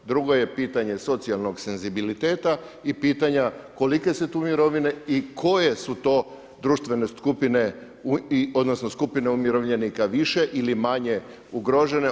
Drugo je pitanje socijalnog senzibiliteta i pitanja kolike su tu mirovine i koje su to društvene skupine odnosno skupine umirovljenika više ili manje ugrožene.